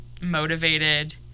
Motivated